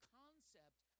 concept